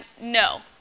no